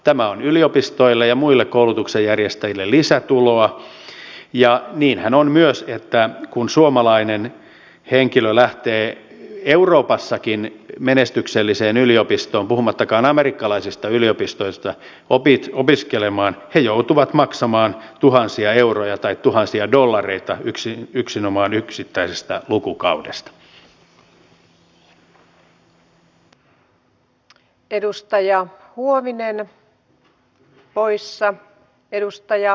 tämä on yliopistoille ja muille koulutuksen järjestäjille lisätuloa ja niinhän on myös että kun suomalainen henkilö lähtee euroopassakin menestykselliseen yliopistoon puhumattakaan amerikkalaisista yliopistoista opiskelemaan hän joutuu maksamaan tuhansia euroja tai tuhansia dollareita yksinomaan yksittäisestä lukukaudesta